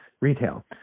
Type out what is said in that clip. retail